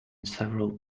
several